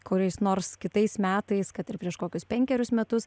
kuriais nors kitais metais kad ir prieš kokius penkerius metus